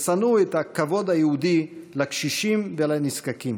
ושנאו את הכבוד היהודי לקשישים ולנזקקים.